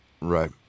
Right